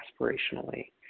aspirationally